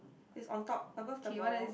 it's on top above the ball